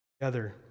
together